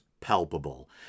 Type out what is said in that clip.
palpable